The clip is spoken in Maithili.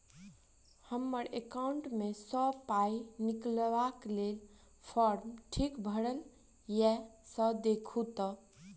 हम्मर एकाउंट मे सऽ पाई निकालबाक लेल फार्म ठीक भरल येई सँ देखू तऽ?